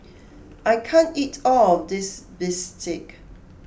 I can't eat all of this Bistake